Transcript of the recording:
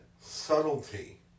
subtlety